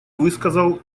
высказал